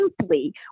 simply